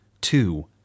Two